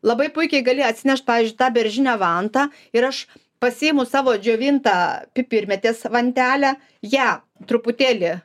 labai puikiai gali atsinešt pavyzdžiui tą beržinę vantą ir aš pasiimu savo džiovintą pipirmėtės vantelę ją truputėlį